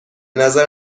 نظر